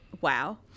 wow